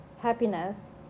happiness